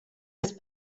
his